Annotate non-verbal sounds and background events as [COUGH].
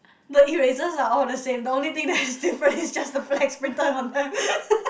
the erasers are all the same the only thing that's different is just the flags printed on them [LAUGHS]